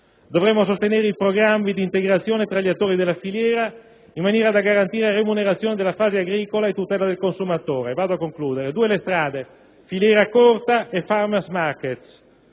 Dovremo sostenere i programmi di integrazione tra gli attori della filiera, in maniera da garantire remunerazione della fase agricola e tutela del consumatore. Mi avvio a concludere. Due le strade: filiera corta e *farmers' markets*.